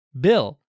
Bill